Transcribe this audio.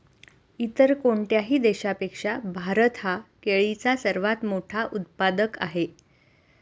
इतर कोणत्याही देशापेक्षा भारत हा केळीचा सर्वात मोठा उत्पादक आहे